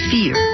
Fear